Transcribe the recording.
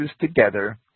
together